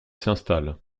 s’installe